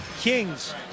kings